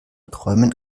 träumen